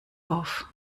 auf